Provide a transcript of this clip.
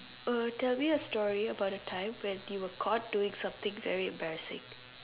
uh tell me a story about a time when you were caught doing something very embarrassing